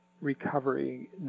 Recovery